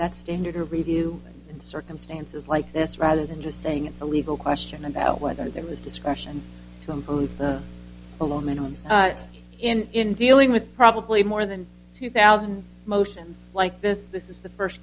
that standard or review in circumstances like this rather than just saying it's a legal question about whether there was discretion to impose the below minimum in dealing with probably more than two thousand motions like this this is the first